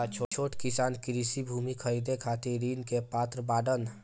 का छोट किसान कृषि भूमि खरीदे खातिर ऋण के पात्र बाडन?